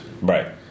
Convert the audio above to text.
Right